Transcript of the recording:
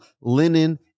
linen